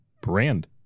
brand